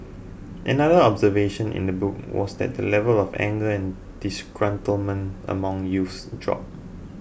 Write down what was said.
another observation in the book was that the level of anger and disgruntlement among youth dropped